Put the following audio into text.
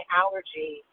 allergy